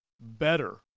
better